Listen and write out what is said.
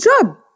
job